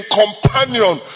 companion